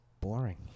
boring